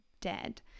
dead